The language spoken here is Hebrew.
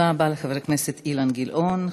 תודה רבה לחבר הכנסת אילן גילאון.